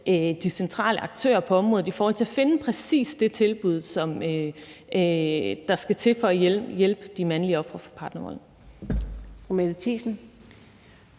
de centrale aktører på området i forhold til at finde præcis det tilbud, som der skal til for at hjælpe de mandlige ofre for partnervold.